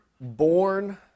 born